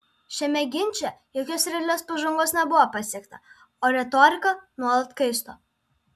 šiame ginče jokios realios pažangos nebuvo pasiekta o retorika nuolat kaisto